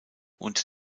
und